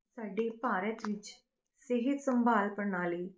ਸਾਡੇ ਭਾਰਤ ਵਿੱਚ ਸਿਹਤ ਸੰਭਾਲ ਪ੍ਰਣਾਲੀ